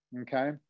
okay